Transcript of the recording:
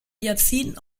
jahrzehnten